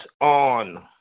on